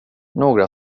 några